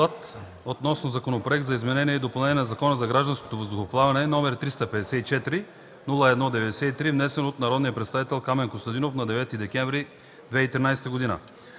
относно Законопроект за изменение и допълнение на Закона за гражданското въздухоплаване, № 354-01-93, внесен от народния представител Камен Костадинов на 9 декември 2013 г.